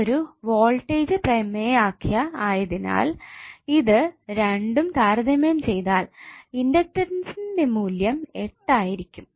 ഇതൊരു വോൾടേജ് പ്രമേയാഖ്യ ആയതിനാൽ ഇത് രണ്ടും താരതമ്യം ചെയ്താൽ ഇണ്ടക്ടൻസിന്റെ മൂല്യം 8 ആയിരിക്കും